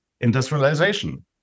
industrialization